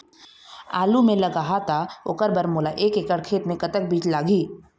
आलू मे लगाहा त ओकर बर मोला एक एकड़ खेत मे कतक बीज लाग ही?